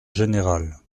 général